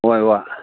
ꯍꯣꯏ ꯍꯣꯏ